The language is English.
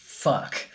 Fuck